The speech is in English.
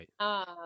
Right